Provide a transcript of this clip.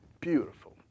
beautiful